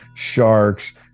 sharks